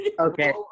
Okay